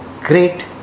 great